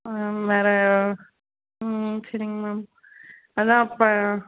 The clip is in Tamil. ம் வேறு ம் சரிங்க மேம் அதுதான் அப்போ